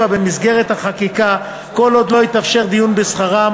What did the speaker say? במסגרת החקיקה כל עוד לא יתאפשר דיון בשכרם,